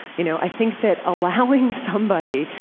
you know, i think that allowing somebody,